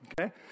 okay